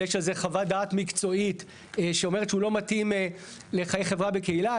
ויש על זה חוות דעת מקצועית שאומרת שהוא לא מתאים לחיי חברה בקהילה.